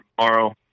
tomorrow